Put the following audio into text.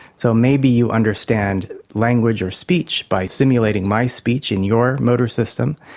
so maybe you understand language or speech by simulating my speech and your motor system,